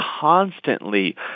constantly